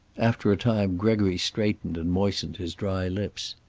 after a time gregory straightened and moistened his dry lips.